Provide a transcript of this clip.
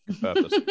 purpose